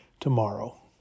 tomorrow